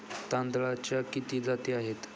तांदळाच्या किती जाती आहेत?